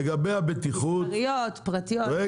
לגבי הבטיחות, זה